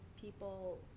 people